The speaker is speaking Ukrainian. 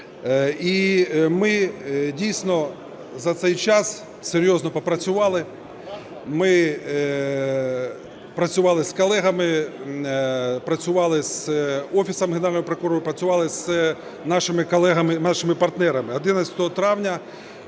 І ми дійсно за цей час серйозно попрацювали. Ми працювали з колегами, працювали з Офісом Генерального прокурора, працювали з нашими колегами і нашими партнерами. 11 травня